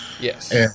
Yes